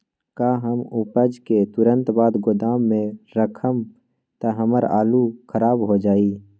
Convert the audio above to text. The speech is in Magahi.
का हम उपज के तुरंत बाद गोदाम में रखम त हमार आलू खराब हो जाइ?